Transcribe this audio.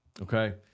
Okay